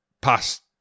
past